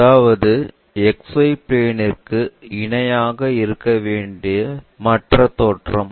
அதாவது XY பிளேன்ற்கு இணையாக இருக்க வேண்டிய மற்ற தோற்றம்